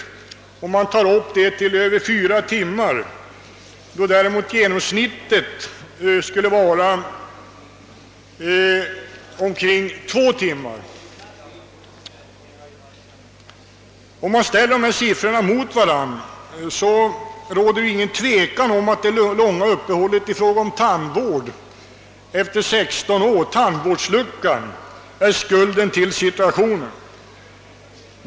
Tandvårds behovet hos de värnpliktiga uppgår till drygt 4 timmar per patient, medan den genomsnittliga behandlingstiden för patienter är 2 timmar. Om vi ställer dessa siffror mot varandra finner vi att det inte råder något tvivel om att det långa uppehållet i tandvården efter uppnådda 16 års ålder — tandvårdsluckan — är skulden till den rådande situationen.